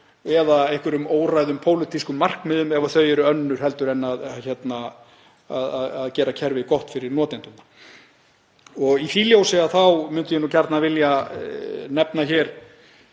eða einhverjum óræðum pólitískum markmiðum ef þau eru önnur en að gera kerfið gott fyrir notendurna. Í því ljósi myndi ég gjarnan vilja nefna